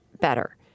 better